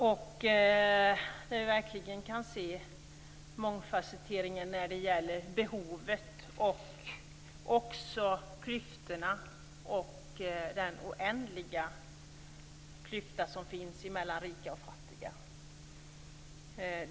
Vi kan verkligen se det mångfasetterade när det gäller behoven och klyftorna, den oändliga klyfta som finns mellan rika och fattiga.